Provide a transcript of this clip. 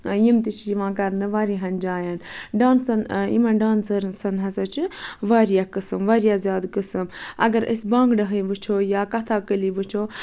یِم تہِ چھِ یِوان کرنہٕ واریاہن جاین ڈانسَن یِمن ڈانسٲرن ہسا چھُ واریاہ قٕسٕم واریاہ زیادٕ قٕسٕم اَگر أسۍ بانگڑا ہٕے وُچھو یا کَتھا کٔلی وُچھو